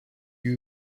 you